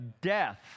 death